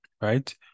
right